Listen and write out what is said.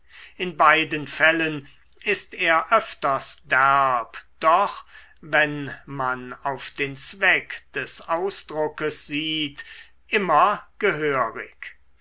in beiden fällen ist er öfters derb doch wenn man auf den zweck des ausdruckes sieht immer gehörig